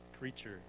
creature